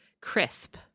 crisp